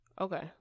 Okay